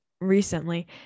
recently